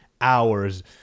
hours